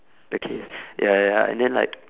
the case ya ya ya and then like